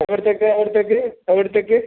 എവിടുത്തേക്കാ എവിടുത്തേക്ക് എവിടുത്തേക്ക്